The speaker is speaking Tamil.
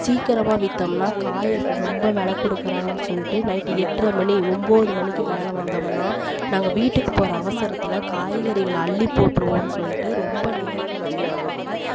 சீக்கிரமாக விற்றோம்னா காயை ரொம்ப வெலை கொடுக்குறாங்கனு சொல்லிட்டு நைட்டு எட்டரைமணி ஒன்போது மணிக்கு மேலே வந்தம்னால் நாங்கள் வீட்டுக்கு போகிற அவசரத்தில் காய்கறிகளை அள்ளி போட்டுருவோனு சொல்லிட்டு ரொம்ப நேரம் கழிச்சு வரதுனால